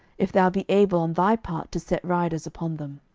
if thou be able on thy part to set riders upon them.